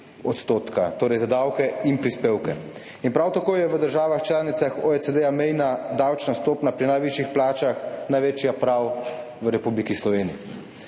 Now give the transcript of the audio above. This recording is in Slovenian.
odstotka za davke in prispevke. Prav tako je med državami članicami OECD mejna davčna stopnja pri najvišjih plačah največja prav v Republiki Sloveniji.